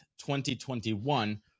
2021